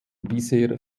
bisher